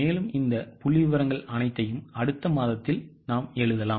மேலும் இந்த புள்ளிவிவரங்கள் அனைத்தையும் அடுத்த மாதத்தில் எழுதலாம்